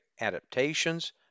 adaptations